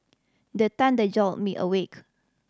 the thunder jolt me awake